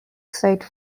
site